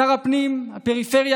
שר הפנים הפריפריה,